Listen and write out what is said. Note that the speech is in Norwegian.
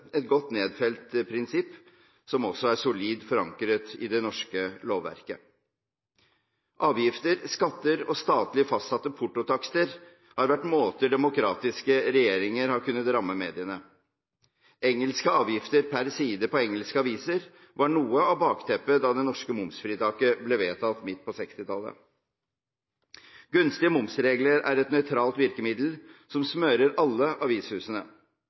et godt nedfelt prinsipp som også er solid forankret i det norske lovverket. Avgifter, skatter og statlig fastsatte portotakster har vært måter demokratiske regjeringer har kunnet ramme mediene på. Engelske avgifter pr. side på engelske aviser var noe av bakteppet da det norske momsfritaket ble vedtatt midt på 1960-tallet. Gunstige momsregler er et nøytralt virkemiddel som smører alle avishusene,